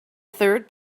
third